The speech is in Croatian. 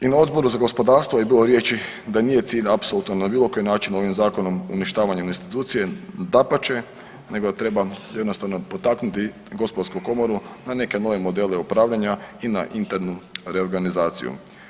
I na Odboru za gospodarstvo je bilo riječi da nije cilj apsolutno na bilo koji način ovim zakonom uništavanje institucije, dapače nego da treba jednostavno potaknuti gospodarsku komoru na neke nove modele upravljanja i na internu reorganizaciju.